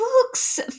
books